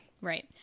Right